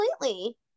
completely